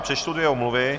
Přečtu dvě omluvy.